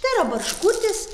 tai yra barškutis